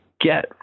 get